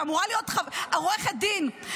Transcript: שאמורה להיות עורכת דין,